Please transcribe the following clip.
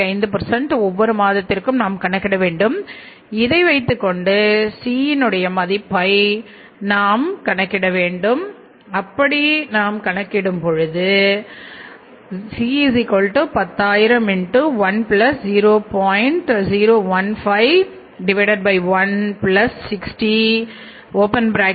5 ஒவ்வொரு மாதத்திற்கும் நாம் கணக்கிட வேண்டும் அதை வைத்துக் கொண்டுC ஸ்ரீ மதிப்பை கணக்கிட வேண்டும் C10000